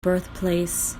birthplace